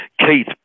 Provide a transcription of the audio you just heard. Keith